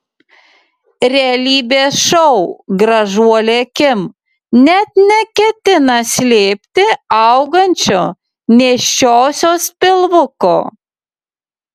realybės šou gražuolė kim net neketina slėpti augančio nėščiosios pilvuko